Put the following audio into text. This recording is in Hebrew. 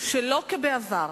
שלא כבעבר